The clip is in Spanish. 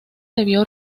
debió